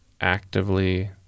actively